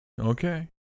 okay